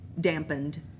dampened